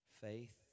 faith